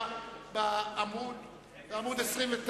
9 בעמוד 29,